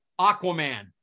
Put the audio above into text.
Aquaman